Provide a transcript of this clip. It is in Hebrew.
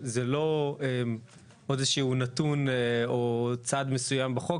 זה לא איזה שהוא נתון או צד מסוים בחוק.